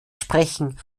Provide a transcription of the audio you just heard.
sprechen